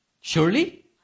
Surely